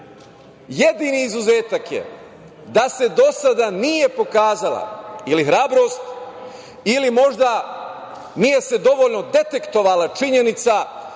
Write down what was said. jedini izuzetak je da se do sada nije pokazala ili hrabrost ili možda nije se dovoljno detektovala činjenica